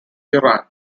iran